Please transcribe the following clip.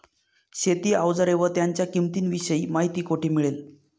शेती औजारे व त्यांच्या किंमतीविषयी माहिती कोठे मिळेल?